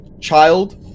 child